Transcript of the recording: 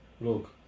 Look